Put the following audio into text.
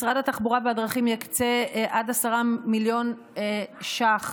משרד התחבורה והבטיחות בדרכים יקצה עד 10 מיליון שקל